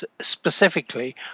specifically